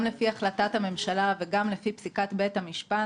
גם לפי החלטת הממשלה וגם לפי פסיקת בית המשפט